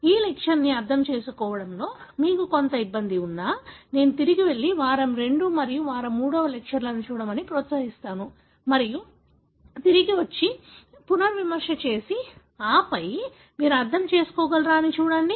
ఈ లెక్చర్ ని అర్థం చేసుకోవడంలో మీకు కొంత ఇబ్బంది ఉన్నా నేను తిరిగి వెళ్లి వారం II మరియు వారం III లెక్చర్లలను చూడమని ప్రోత్సహిస్తాను మరియు తిరిగి వచ్చి పునర్విమర్శ చేసి ఆపై మీరు అర్థం చేసుకోగలరా అని చూడండి